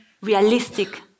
realistic